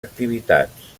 activitats